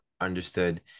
understood